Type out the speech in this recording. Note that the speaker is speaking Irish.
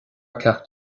ceacht